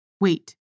wait